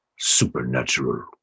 supernatural